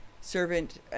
servant